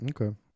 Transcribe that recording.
Okay